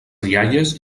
rialles